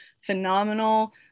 phenomenal